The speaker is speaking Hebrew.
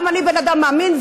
גם אני בן אדם מאמין,